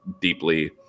deeply